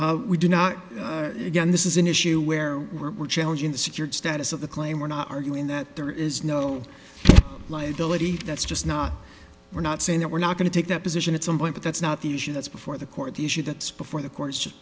law we do not this is an issue where we're challenging the secured status of the claim we're not arguing that there is no liability that's just not we're not saying that we're not going to take that position at some point but that's not the issue that's before the court the issue that's before the courts